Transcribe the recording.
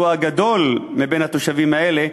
שהוא הגדול מבין התושבים האלה,